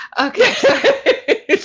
Okay